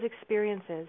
experiences